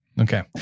okay